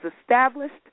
established